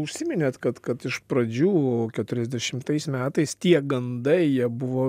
užsiminėt kad kad iš pradžių keturiasdešimtais metais tie gandai jie buvo